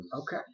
Okay